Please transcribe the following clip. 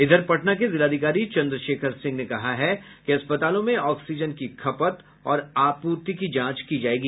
इधर पटना के जिलाधिकारी चन्द्रशेखर सिंह ने कहा है कि अस्पतालों में ऑक्सीजन की खपत और आपूर्ति की जांच की जायेगी